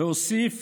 והוסיף: